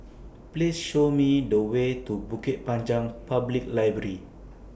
Please Show Me The Way to Bukit Panjang Public Library